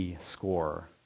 score